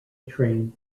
train